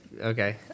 okay